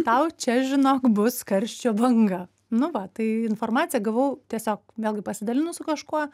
tau čia žinok bus karščio banga nu va tai informaciją gavau tiesiog vėlgi pasidalinus su kažkuo